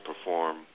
perform